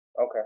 Okay